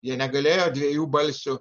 jie negalėjo dviejų balsių